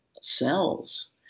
cells